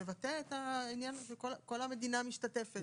שמבטאת את זה שכל המדינה משתתפת.